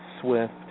swift